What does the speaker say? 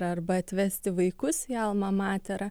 arba atvesti vaikus į alma matera